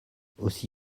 aussi